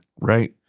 Right